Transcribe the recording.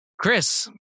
Chris